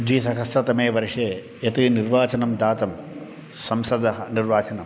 द्विसहस्रतमे वर्षे यत् निर्वाचनं जातं संसदः निर्वाचनं